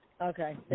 Okay